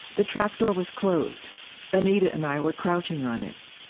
the trap door was closed anita and i were crouching on it.